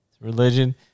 Religion